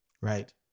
Right